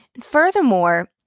Furthermore